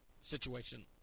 situation